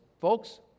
Folks